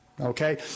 Okay